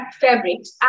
fabrics